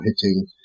hitting